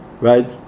right